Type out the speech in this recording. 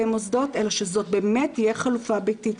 מוסדות אלא שזו באמת תהיה חלופה ביתית.